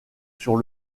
sur